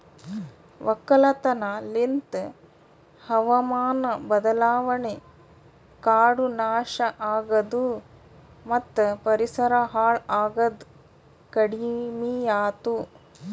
ಒಕ್ಕಲತನ ಲಿಂತ್ ಹಾವಾಮಾನ ಬದಲಾವಣೆ, ಕಾಡು ನಾಶ ಆಗದು ಮತ್ತ ಪರಿಸರ ಹಾಳ್ ಆಗದ್ ಕಡಿಮಿಯಾತು